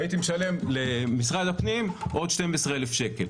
והייתי משלם למשרד הפנים עוד 12,000 שקלים.